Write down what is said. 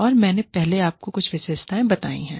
और मैंने पहले आपको कुछ विशेषताएं बताई हैं